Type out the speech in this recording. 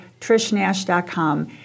trishnash.com